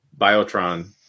Biotron